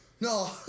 No